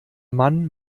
mann